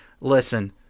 listen